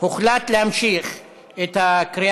ההצעה